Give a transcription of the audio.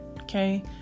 okay